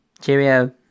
Cheerio